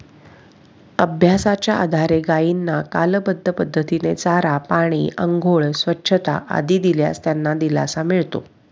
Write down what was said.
अभ्यासाच्या आधारे गायींना कालबद्ध पद्धतीने चारा, पाणी, आंघोळ, स्वच्छता आदी दिल्यास त्यांना दिलासा मिळतो